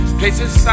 places